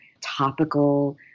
topical